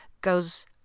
goes